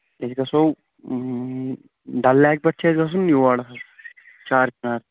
أسۍ گژھو ڈل لیٚک پیٚٹھ چھُ اَسہِ گژھُن یور چار چِنار